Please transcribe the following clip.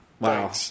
Wow